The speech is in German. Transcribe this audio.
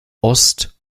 ost